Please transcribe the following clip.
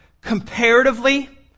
comparatively